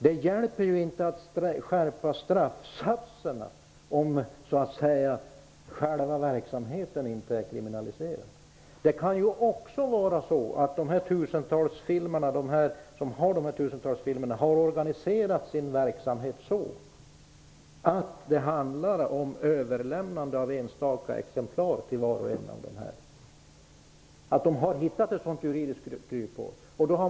Det hjälper ju inte att skärpa straffsatserna om själva verksamheten inte är kriminaliserad. Det kan också vara så att de som äger dessa tusentals filmer har organiserat sin verksamhet på det viset att det är fråga om överlämnande av enstaka exemplar. De kan ha hittat ett sådant juridiskt kryphål.